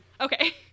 Okay